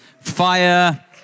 fire